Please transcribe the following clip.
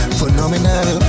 Phenomenal